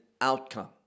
outcome